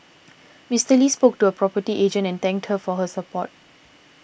Mister Lee spoke to a property agent and thank her for her support